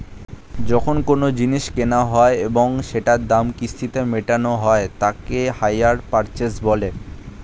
যখন কোনো জিনিস কেনা হয় এবং সেটার দাম কিস্তিতে মেটানো হয় তাকে হাইয়ার পারচেস বলে